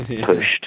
pushed